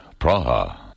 Praha